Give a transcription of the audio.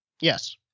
Yes